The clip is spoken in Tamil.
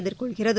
எதிர்கொள்கிறது